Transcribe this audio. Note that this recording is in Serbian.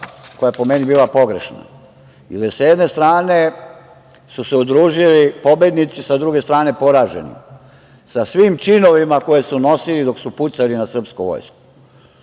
koja je, po meni, bila pogrešna. Sa jedne strane su se udružili pobednici, sa druge strane poraženi sa svim činovima koje su nosili dok su pucali na srpsku vojsku.